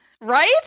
Right